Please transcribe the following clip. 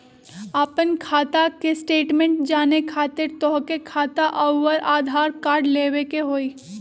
आपन खाता के स्टेटमेंट जाने खातिर तोहके खाता अऊर आधार कार्ड लबे के होइ?